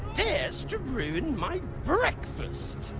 dares to ruin my breakfast?